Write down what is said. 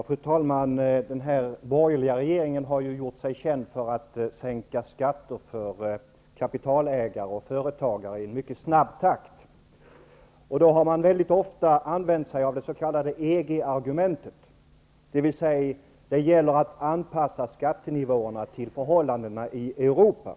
Fru talman! Den borgerliga regeringen har ju gjort sig känd för att i en mycket snabb takt sänka skatter för kapitalägare och företagare. Man har då ofta använt sig av det s.k. EG-argumentet, dvs. att det gäller att anpassa skattenivåerna till förhållandena i Europa.